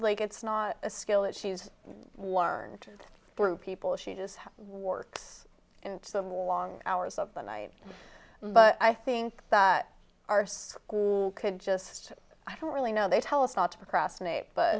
like it's not a skill that she's worn through people she just works long hours of the night but i think that our school could just i don't really know they tell us not to procrastinate but